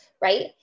right